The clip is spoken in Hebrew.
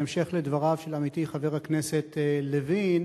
בהמשך לדבריו של עמיתי חבר הכנסת לוין,